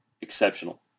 exceptional